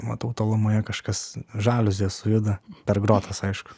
matau tolumoje kažkas žaliuzės sujuda per grotas aišku